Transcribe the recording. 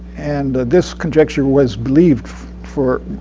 and this conjecture was believed for